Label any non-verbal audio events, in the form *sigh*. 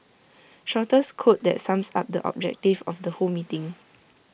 shortest quote that sums up the objective of the whole meeting *noise*